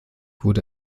wurde